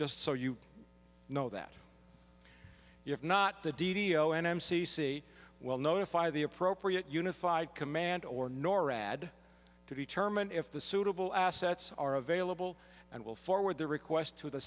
just so you know that if not the didio m c c will notify the appropriate unified command or norad to determine if the suitable assets are available and will forward the request to the